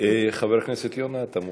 חבר הכנסת יונה, אתה מוכן?